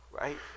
right